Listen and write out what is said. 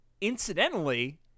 incidentally